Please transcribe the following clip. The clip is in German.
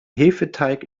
hefeteig